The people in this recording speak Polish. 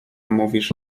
mówisz